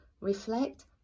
reflect